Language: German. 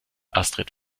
astrid